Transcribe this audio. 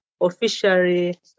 officially